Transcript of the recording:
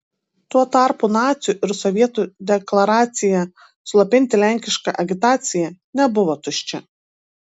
tuo tarpu nacių ir sovietų deklaracija slopinti lenkišką agitaciją nebuvo tuščia